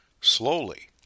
Slowly